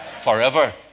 Forever